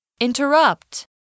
Interrupt